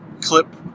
clip